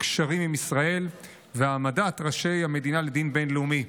קשרים עם ישראל והעמדת ראשי המדינה לדין בין-לאומי.